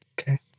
Okay